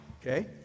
okay